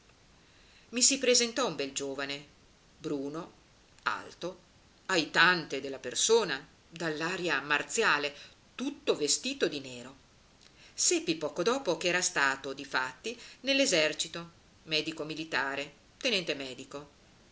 i si presentò un bel giovane bruno alto aitante della persona dall'aria marziale tutto vestito di nero seppi poco dopo che era stato difatti nell'esercito medico militare tenente medico